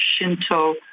Shinto